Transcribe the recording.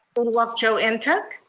but uduak-joe and ntuk?